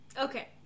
Okay